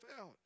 out